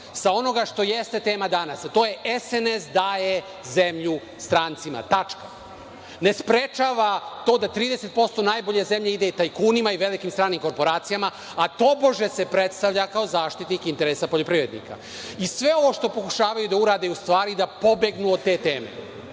sa onoga što jeste tema danas, a to je SNS daje zemlju strancima, tačka. Ne sprečava da to 30% najbolje zemlje ide tajkunima i velikim stranim korporacijama, a tobože se predstavlja kao zaštitnik interesa poljoprivrednika. I, sve ovo što pokušavaju da urade je u stvari da pobegnu od te teme.